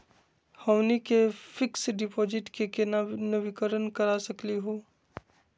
हमनी के fix deposit क केना नवीनीकरण करा सकली हो?